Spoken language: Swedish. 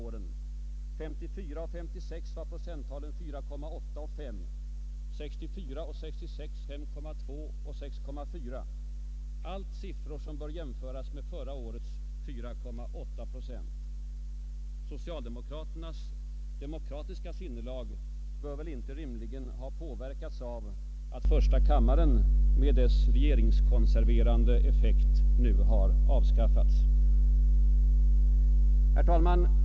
Åren 1954 och 1956 var procenttalen 4,8 och 5, 1964 och 1966 5,2 och 6,4 — allt siffror som bör jämföras med förra årets 4,8 procent. Socialdemokraternas demokratiska sinnelag bör väl inte rimligen ha påverkats av att första kammaren med dess regeringskonserverande effekt nu har avskaffats. Herr talman!